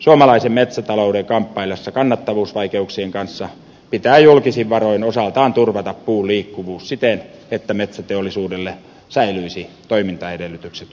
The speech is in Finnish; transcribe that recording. suomalaisen metsätalouden kamppaillessa kannattavuusvaikeuksien kanssa pitää julkisin varoin osaltaan turvata puun liikkuvuus siten että metsäteollisuudelle säilyisivät toimintaedellytykset suomessa